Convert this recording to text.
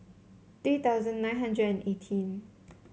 three thousand nine hundred and eighteen